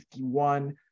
51